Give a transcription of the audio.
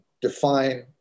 define